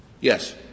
Yes